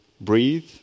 breathe